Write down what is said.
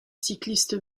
cycliste